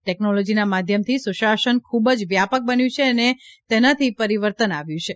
ટેકનોલોજીના માધ્યમથી સુશાસન ખૂબ જ વ્યાપક બન્યું છે અને તેનાતી પરિવર્તન આવ્યું છે